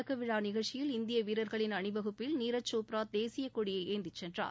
தொடக்க விழா நிகழ்ச்சியில் இந்திய வீரர்களின் அணிவகுப்பில் நீரஜ் சோப்ரா தேசியக்கொடியை ஏந்திச் சென்றார்